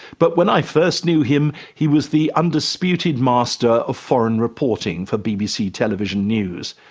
but when i first knew him he was the undisputed master of foreign reporting for bbc television news.